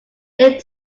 lived